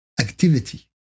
activity